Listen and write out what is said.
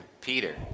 Peter